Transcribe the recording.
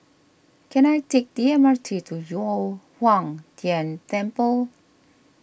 can I take the M R T to Yu O Huang Tian Temple